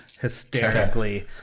hysterically